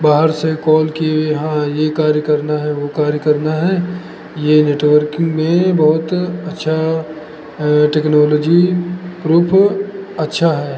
बाहर से कॉल किए हुए हाँ ये कार्य करना है वो कार्य करना है ये नेटवर्किंग में बहुत अच्छा टेक्नोलॉजी प्रूफ अच्छा है